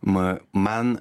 ma man